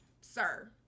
sir